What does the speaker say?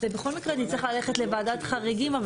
זה בכל מקרה נצטרך ללכת לוועדת חריגים.